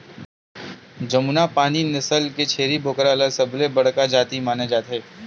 जमुनापारी नसल के छेरी बोकरा ल सबले बड़का जाति माने जाथे